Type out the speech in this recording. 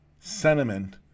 sentiment